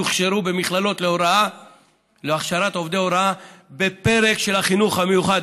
יוכשרו במכללות להוראה להכשרת עובדי הוראה בפרק של החינוך המיוחד.